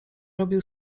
robił